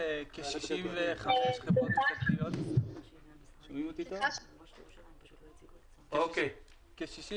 רשות